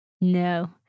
no